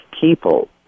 people